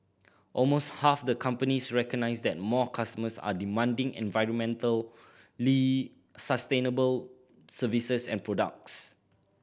almost half the companies recognise that more customers are demanding environmentally sustainable services and products